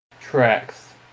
Tracks